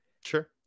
Sure